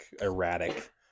erratic